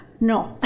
No